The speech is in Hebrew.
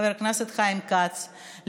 חבר הכנסת חיים כץ,